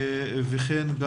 וכן של